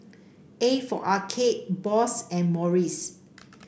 A for Arcade Bose and Morries